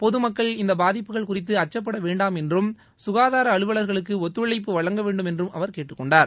பொதுமக்கள் இந்த பாதிப்புகள் குறித்து அச்சப்படவேண்டாம் என்றும் சுகாதார அலுவலர்களுக்கு ஒத்துழைப்பு வழங்கவேண்டும் என்றும் அவர் கேட்டுக்கொண்டார்